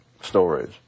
stories